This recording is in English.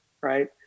right